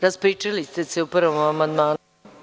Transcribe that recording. Raspričali ste se o prvom amandmanu.